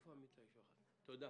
תודה.